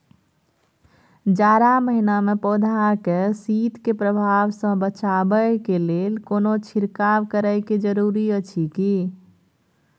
जारा महिना मे पौधा के शीत के प्रभाव सॅ बचाबय के लेल कोनो छिरकाव करय के जरूरी अछि की?